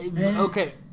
Okay